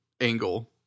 angle